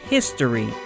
History